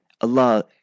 Allah